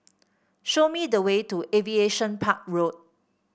show me the way to Aviation Park Road